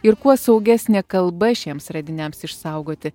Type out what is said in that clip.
ir kuo saugesnė kalba šiems radiniams išsaugoti